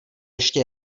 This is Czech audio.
ještě